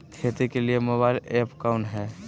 खेती के लिए मोबाइल ऐप कौन है?